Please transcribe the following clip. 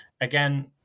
again